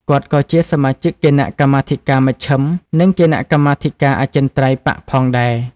គាត់ ក៏ជាសមាជិកគណៈកម្មាធិការមជ្ឈិម និងគណៈកម្មាធិការអចិន្ត្រៃយ៍បក្សផងដែរ ។